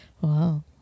Wow